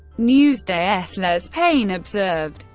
newsday s les payne observed,